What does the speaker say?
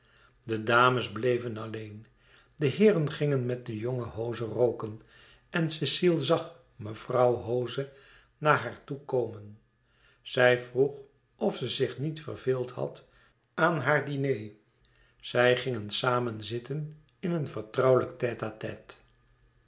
de dames bleven alleen de heeren gingen met den jongen hoze rooken en cecile zag mevrouw hoze naar haar toe komen zij vroeg of ze zich niet verveeld had aan haar diner zij gingen samen zitten in een vertrouwelijk